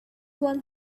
one